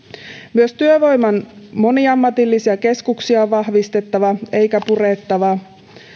myös työvoiman moniammatillisia keskuksia on vahvistettava eikä purettava